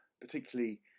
particularly